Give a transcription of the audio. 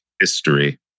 history